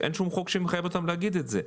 אין שום חוק שמחייב אותם להגיד את זה.